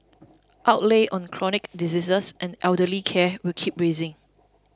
outlays on chronic diseases and elderly care will keep rising